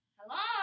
Hello